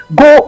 go